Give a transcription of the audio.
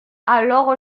alors